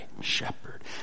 shepherd